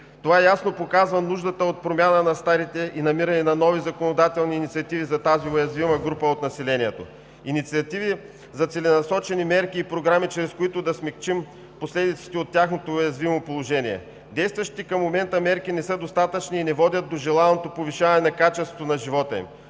Това ясно показва нуждата от промяна на старите и намиране на нови законодателни инициативи за тази уязвима група от населението, инициативи за целенасочени мерки и програми, чрез които да смекчим последиците от тяхното уязвимо положение. Действащите към момента мерки не са достатъчни и не водят до желаното повишаване на качеството на живота им.